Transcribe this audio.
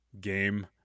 game